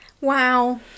Wow